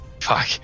Fuck